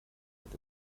hat